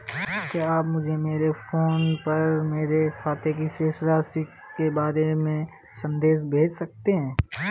क्या आप मुझे मेरे फ़ोन पर मेरे खाते की शेष राशि के बारे में संदेश भेज सकते हैं?